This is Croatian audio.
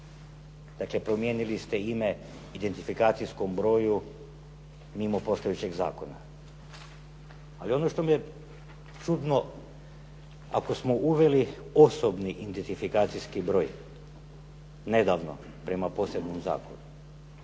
Dakle promijenili ste ime identifikacijskom broju mimo postojećeg zakona. Ali ono što mi je čudno. Ako smo uveli osobni identifikacijski broj nedavno prema posebnom zakonu